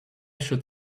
should